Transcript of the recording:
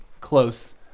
close